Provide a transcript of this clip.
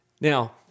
Now